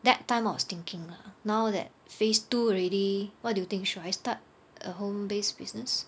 that time I was thinking lah now that phase two already what do you think should I start a home based business